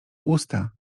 usta